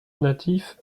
natif